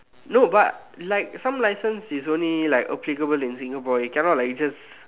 no but like some license it is only like applicable in Singapore we cannot like just